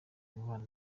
umubano